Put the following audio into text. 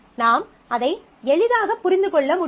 நாம் அதை எளிதாக புரிந்து கொள்ள முடியும்